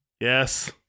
Yes